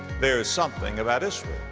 there is something about israel.